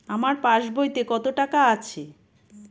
আমার পাস বইতে কত টাকা আছে?